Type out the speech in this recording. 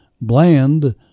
Bland